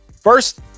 First